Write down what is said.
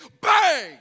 bang